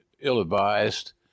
ill-advised